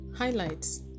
Highlights